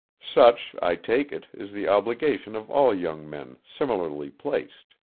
such, i take it, is the obligation of all young men similarly placed.